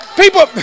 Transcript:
people